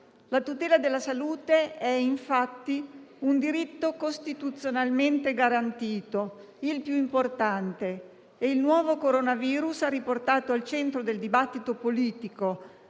La tutela della salute è un diritto costituzionalmente garantito, il più importante, e il nuovo coronavirus ha riportato al centro del dibattito politico